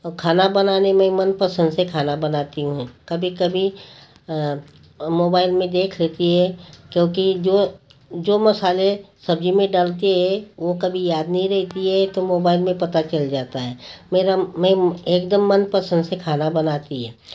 औ खाना बनाने में मनपसंद से खाना बनाती हूँ कभी कभी मोबाइल में देख लेती है क्योंकि जो जो मसाले सब्ज़ी में डलते हैं वह कभी याद नहीं रहती हैं तो मोबाइल में पता चल जाता है मेरा मैं एकदम मनपसंद से खाना बनाती है